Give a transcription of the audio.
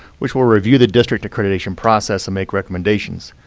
which will review the district accreditation process and make recommendations.